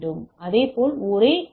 இதேபோல் ஒரு எஸ்